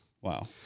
Wow